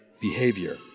behavior